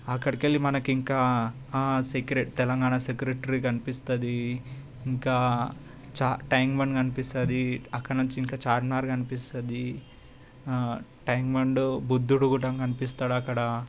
అక్కడికి వెళ్ళి మనకి ఇంకా ఆ సెక్రెట్ తెలంగాణ సెక్రటరీ కనిపిస్తుంది ఇంకాచ ట్యాంక్ బండ్ కనిపిస్తుంది అక్కడ నుంచి ఇంకా చార్మినార్ కనిపిస్తుంది ట్యాంక్ బండ్ బుద్ధుడు కూడంగా కనిపిస్తాడు అక్కడ